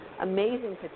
amazing